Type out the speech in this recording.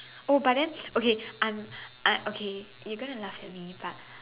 oh but then okay I'm I okay you going to laugh at me but